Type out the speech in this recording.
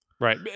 Right